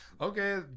Okay